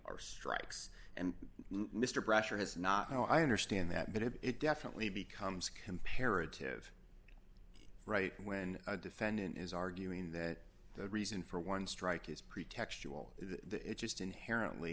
our strikes and mr pressure has not how i understand that but it it definitely becomes comparative right when a defendant is arguing that the reason for one strike is pretextual that it just inherently